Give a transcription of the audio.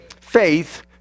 Faith